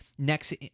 next